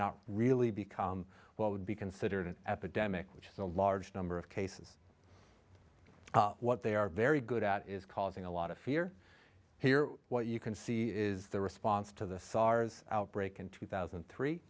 not really become what would be considered an epidemic which is a large number of cases what they are very good at is causing a lot of fear here what you can see is the response to the sars outbreak in two thousand